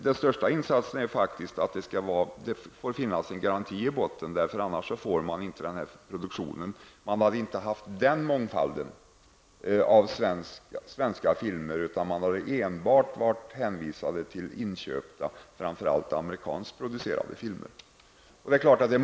Den mest angelägna insatsen är att det skall finnas en garanti i botten för att man skall trygga mångfalden när det gäller svenska filmer, i annat fall hänvisas man enbart till inköpta, framför allt amerikanskproducerade filmer.